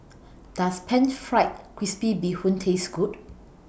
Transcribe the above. Does Pan Fried Crispy Bee Hoon Taste Good